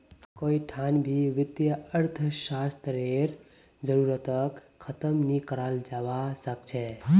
कोई ठान भी वित्तीय अर्थशास्त्ररेर जरूरतक ख़तम नी कराल जवा सक छे